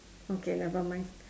okay nevermind